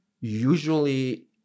usually